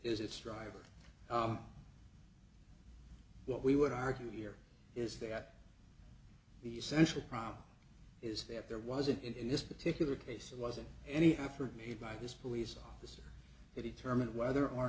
is its driver what we would argue here is that the essential problem is that there wasn't in this particular case it wasn't any effort made by this police officer that he terminal whether or